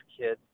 kids